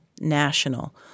national